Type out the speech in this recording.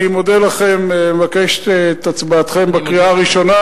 אני מודה לכם ומבקש את הצבעתכם בקריאה הראשונה,